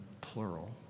plural